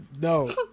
No